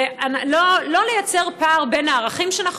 זה לא לייצר פער בין הערכים שאנחנו